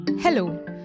Hello